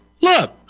look